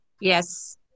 yes